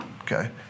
Okay